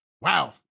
Wow